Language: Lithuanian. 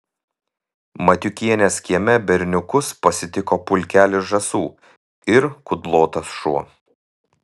matiukienės kieme berniukus pasitiko pulkelis žąsų ir kudlotas šuo